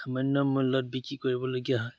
সামান্য মূল্যত বিক্ৰী কৰিবলগীয়া হয়